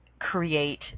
Create